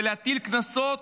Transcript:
ולהטיל קנסות,